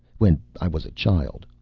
when i was a child.